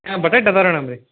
ಹಾಂ ಬಟಾಟೆ ಅದಾವೆ ರೀ ಮೇಡಮ್ ರೀ